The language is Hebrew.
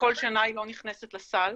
כשכל שנה היא לא נכנסת לסל.